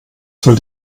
soll